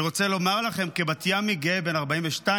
אני רוצה לומר לכם, כבת-ימי גאה בן 42,